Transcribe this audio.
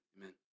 Amen